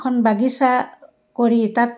এখন বাগিছা কৰি তাত